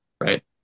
right